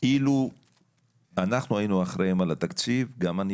אילו אנחנו היינו אחראים על התקציב גם אני